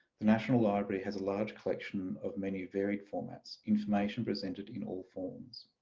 the national library has a large collection of many varied formats, information presented in all forms.